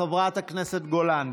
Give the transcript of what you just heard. חברת הכנסת גולן.